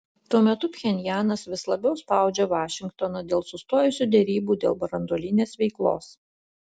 tuo metu pchenjanas vis labiau spaudžia vašingtoną dėl sustojusių derybų dėl branduolinės veiklos